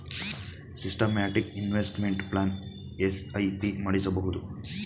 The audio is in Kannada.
ಸಿಸ್ಟಮ್ಯಾಟಿಕ್ ಇನ್ವೆಸ್ಟ್ಮೆಂಟ್ ಪ್ಲಾನ್ ಎಸ್.ಐ.ಪಿ ಮಾಡಿಸಬಹುದು